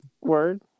Word